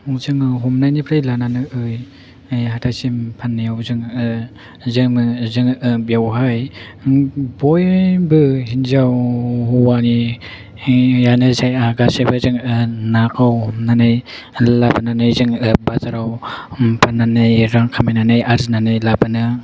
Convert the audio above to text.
जोङो हमनायनिफ्राय लानानै हाथाइसिम फाननायाव जोङो जोङो बेवहाय बयबो हिनजाव हौवानियानो जाया गासैबो जोङो नाखौ हमनानै लाबोनानै जोङो बाजाराव फाननानै रां खामायनानै आरजिनानै लाबोनो